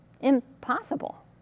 impossible